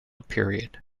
period